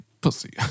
pussy